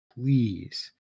Please